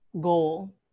goal